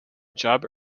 job